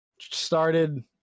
started